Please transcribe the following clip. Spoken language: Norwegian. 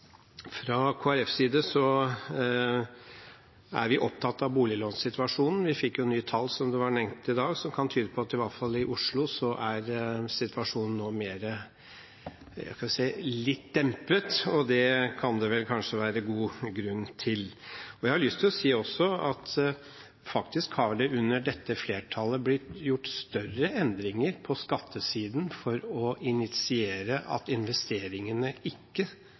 Fra Kristelig Folkepartis side er vi opptatt av boliglånsituasjonen. Vi fikk nye tall, som nevnt i dag, som kan tyde på at situasjonen i hvert fall i Oslo er litt dempet. Det kan det kanskje være god grunn til. Jeg har også lyst til å si at det faktisk under dette flertallet er gjort større endringer på skattesiden for å initiere at investeringene ikke